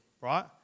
right